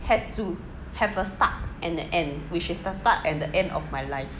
has to have a start and a end which is the start and the end of my life